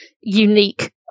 unique